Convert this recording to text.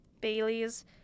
Bailey's